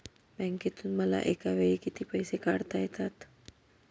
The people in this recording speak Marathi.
बँकेतून मला एकावेळी किती पैसे काढता येतात?